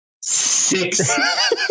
six